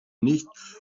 nicht